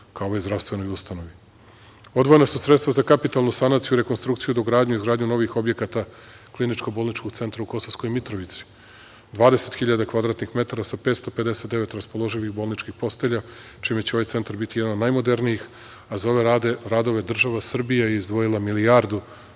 ka ovoj zdravstvenoj ustanovi. Odvojena su sredstva za kapitalnu sanaciju, rekonstrukciju, dogradnju i izgradnju novih objekata Kliničko bolničkog centra u Kosovskoj Mitrovici, 20.000 kvadratnih metara sa 559 raspoloživih bolničkih postelja čime će ovaj centar biti jedan od najmodernijih, a za ove radove država Srbija je izdvojila milijardu